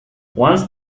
once